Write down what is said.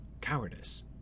Cowardice